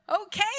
okay